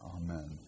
Amen